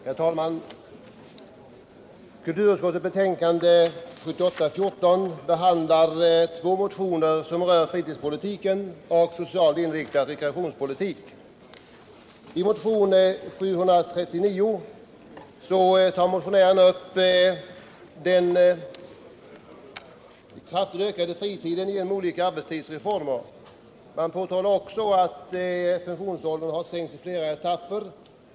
Herr talman! Kulturutskottets betänkande 1977/78:14 behandlar två motioner som rör fritidspolitiken och den socialt inriktade rekreationspolitiken. I motionen 739 konstaterar motionärerna att fritiden ökat kraftigt genom olika arbetstidsreformer. Man påpekar också att pensionsåldern sänkts i flera etapper.